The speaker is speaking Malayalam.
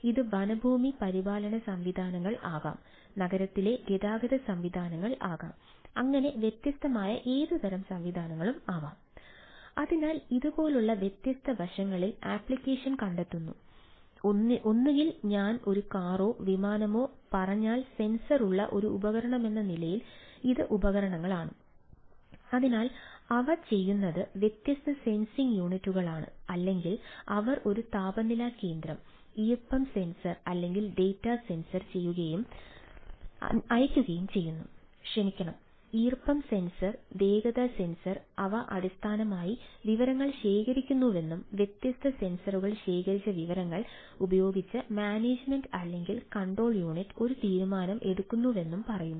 ഇത് വനഭൂമി പരിപാലന സംവിധാനങ്ങൾ ആകാം നഗരത്തിലെ ഗതാഗത സംവിധാനങ്ങൾ ആകാം അങ്ങനെ വ്യത്യസ്തമായ ഏതുതരം സംവിധാനങ്ങളും ആകാം അതിനാൽ ഇത് പോലുള്ള വ്യത്യസ്ത വശങ്ങളിൽ അപ്ലിക്കേഷൻ ഒരു തീരുമാനം എടുക്കുന്നുവെന്നും പറയുക